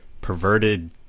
perverted